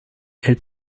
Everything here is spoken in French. elle